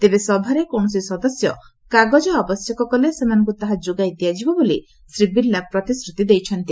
ତେବେ ସଭାରେ କୌଣସି ସଦସ୍ୟ କାଗକ ଆବଶ୍ୟକ କଲେ ସେମାନଙ୍କୁ ତାହା ଯୋଗାଇ ଦିଆଯିବ ବୋଲି ଶ୍ରୀ ବିର୍ଲା ପ୍ରତିଶ୍ରତି ଦେଇଛନ୍ତି